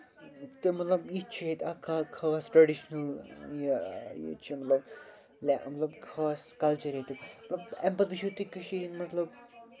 تہٕ مطلب یہِ تہِ چھُ ییٚتہِ اکھ خہ خاص اکھ ٹرٛٮ۪ڈِشنَل یہِ یہِ چھُ مطلب خاص کَلچر ییٚتیُک مطلب اٮ۪پٕل تہِ چھُ کٔشیٖرِ ہُند مطلب